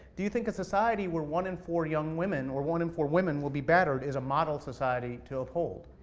do you think a society where one in four young women, or one in four women, will be battered is a model society to uphold?